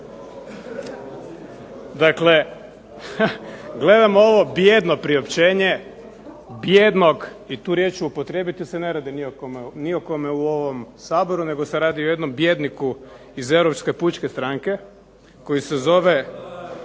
Dakle, gledam ovo bijedno priopćenje, bijednog i tu riječ ću upotrijebiti jer se ne radi ni o kome u ovom Saboru nego se radi o jednom bijedniku iz Europske pučke stranke koji se zove